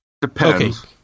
Depends